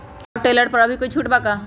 Power tiller पर अभी कोई छुट बा का?